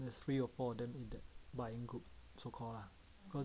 there's three or four of them in the buying group so called lah